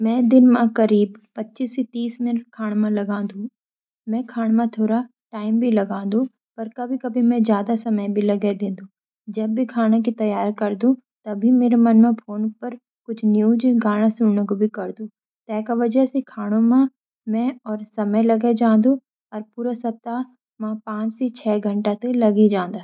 मैं दिन मं करीब पच्चीस सी तीस मिनट खाण मं लगांदु, पर कभी कभी मैं ज्यादा समय भी लगाई देन्दु, जब भी मैं खाना की तैयारी करदू तभी मेरु मन फोन पर कुछ न्यूज, गाना सुन्न कु भी करदू तेका वजह सी खानू मैं और समय लगी जांदू। अर पूरा सप्ताह मां पांच सी छ घंटा लगी जांदा।